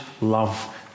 love